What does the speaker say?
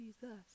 Jesus